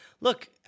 Look